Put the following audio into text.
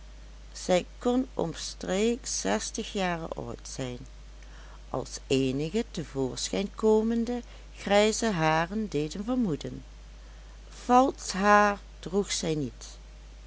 zij kon omstreeks zestig jaren oud zijn als eenige te voorschijn komende grijze haren deden vermoeden valsch haar droeg zij niet